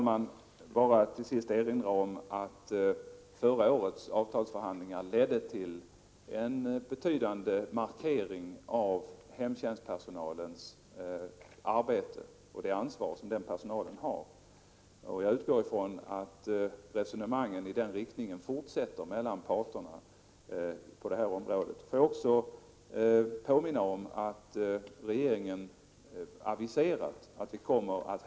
Herr talman! Jag vill erinra om att förra årets avtalsförhandlingar ledde till en betydande markering av hemtjänstpersonalens arbete och ansvar. Jag utgår från att resonemangen i den riktningen fortsätter mellan parterna på detta område. Får jag också till sist påminna om att regeringen aviserar att statsbidraget — Prot.